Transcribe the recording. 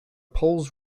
poles